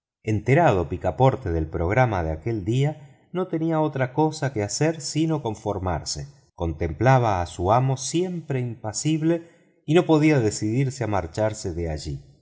enterado picaporte del programa de aquel día no tenía otra cosa que hacer sino conformarse contemplaba a su amo siempre impasible y no podía decidirse a marcharse de allí